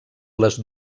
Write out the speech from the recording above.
les